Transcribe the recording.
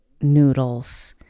noodles